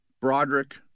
Broderick